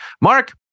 Mark